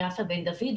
עם יפה בן דוד,